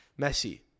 Messi